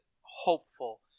hopeful